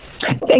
thank